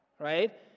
right